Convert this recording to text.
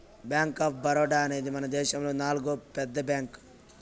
bank of Baroda అనేది మనదేశములో నాల్గో పెద్ద బ్యాంక్